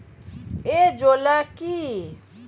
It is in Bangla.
এজোলা কি?